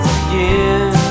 again